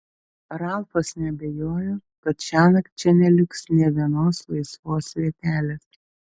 ralfas neabejojo kad šiąnakt čia neliks nė vienos laisvos vietelės